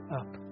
up